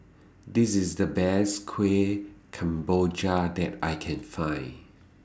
This IS The Best Kueh Kemboja that I Can Find